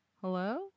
Hello